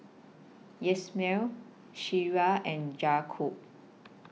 Yasmeen Ciera and Jakob